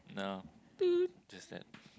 no just that